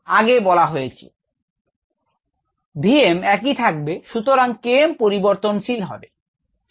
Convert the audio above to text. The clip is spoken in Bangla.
আগে যা বলা হয়েছে v m একই থাকবে সুতরাং K m পরিবর্তনশীল হবে